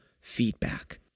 feedback